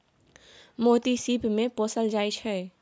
मोती सिप मे पोसल जाइ छै